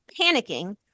panicking